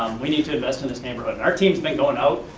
we need to invest in this neighborhood and our team's been going out,